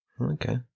Okay